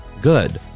good